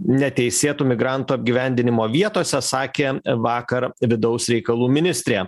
neteisėtų migrantų apgyvendinimo vietose sakė vakar vidaus reikalų ministrė